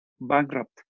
bankrupt